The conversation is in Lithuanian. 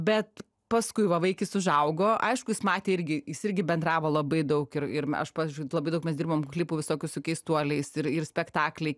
bet paskui va vaikis užaugo aišku jis matė irgi jis irgi bendravo labai daug ir ir aš pavyzdžiui labai daug mes dirbom klipų visokių su keistuoliais ir ir spektakliai